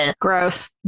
Gross